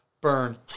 burn